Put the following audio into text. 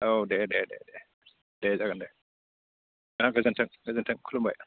औ दे दे दे दे जागोन दे गोजोन्थों गोजोन्थों खुलुमबाय